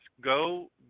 Go